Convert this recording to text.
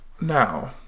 Now